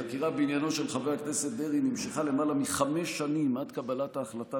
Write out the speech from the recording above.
החקירה בעניינו של חבר הכנסת דרעי נמשכה למעלה מחמש שנים עד קבלת ההחלטה